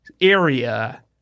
area